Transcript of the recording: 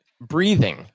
Breathing